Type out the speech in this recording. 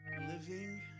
living